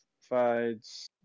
fights